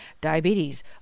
diabetes